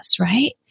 right